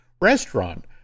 restaurant